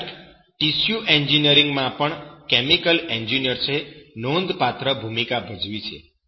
ઉપરાંત tissue engineering માં પણ કેમિકલ એન્જિનિયર્સે નોંધપાત્ર ભૂમિકા ભજવી છે